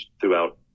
throughout